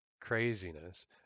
craziness